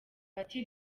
bati